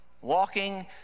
walking